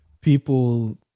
people